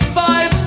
five